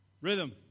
Rhythm